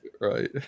Right